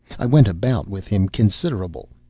i went about with him, considerable.